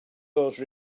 those